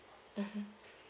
mmhmm